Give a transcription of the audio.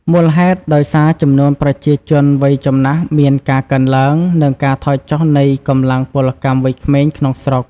មូលហេតុដោយសារចំនួនប្រជាជនវ័យចំណាស់មានការកើនឡើង និងការថយចុះនៃកម្លាំងពលកម្មវ័យក្មេងក្នុងស្រុក ។